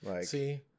See